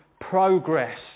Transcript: progress